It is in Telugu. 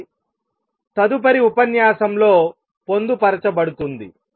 అది తదుపరి ఉపన్యాసంలో పొందుపరచబడుతుంది